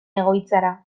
egoitzara